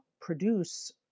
produce